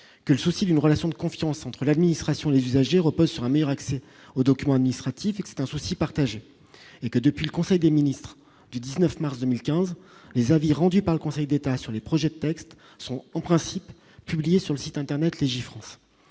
Que ceci d'une relation de confiance entre l'administration, les usagers repose sur un meilleur accès aux documents administratifs et c'est un souci partagé et que depuis le conseil des ministres du 19 mars 2015, les avis rendus par le Conseil d'État sur les projets de textes sont en principe publié sur le site Internet Legifrance,